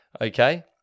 Okay